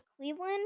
Cleveland